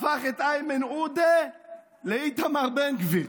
הפך את איימן עודה לאיתמר בן גביר.